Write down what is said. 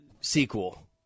sequel